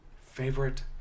Favorite